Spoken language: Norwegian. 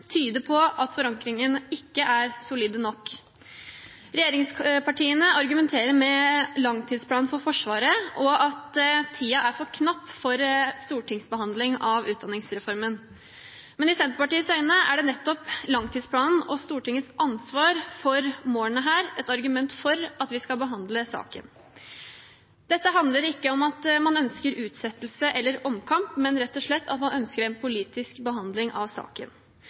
tyder på at forankringen ikke er solid nok. Regjeringspartiene argumenterer med langtidsplanen for Forsvaret og at tiden er for knapp for en stortingsbehandling av utdanningsreformen. Men i Senterpartiets øyne er nettopp langtidsplanen og Stortingets ansvar for målene her et argument for at vi skal behandle saken. Dette handler ikke om at man ønsker utsettelse eller omkamp, men rett og slett om at man ønsker en politisk behandling av saken.